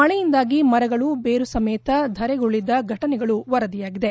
ಮಳೆಯಿಂದಾಗಿ ಮರಗಳು ಬೇರು ಸಮೇತ ಧರೆಗುರುಳಿದ ಘಟನೆಗಳೂ ವರದಿಯಾಗಿವೆ